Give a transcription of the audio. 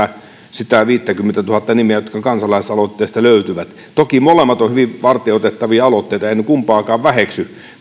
niitä viittäkymmentätuhatta nimeä jotka kansalaisaloitteesta löytyvät toki molemmat ovat hyvin varteen otettavia aloitteita en kumpaakaan väheksy